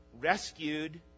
rescued